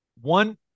One